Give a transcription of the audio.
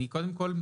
נכון.